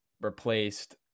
replaced